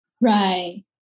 Right